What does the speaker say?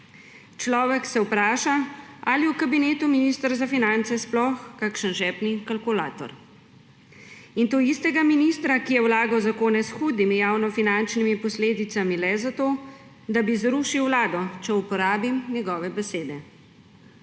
Človek se vpraša, ali je v kabinetu ministra za finance sploh kakšen žepni kalkulator. In to istega ministra, ki je vlagal zakone s hudimi javnofinančnimi posledicami le zato, da bi zrušil vlado, če uporabim njegove besede.